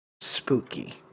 Spooky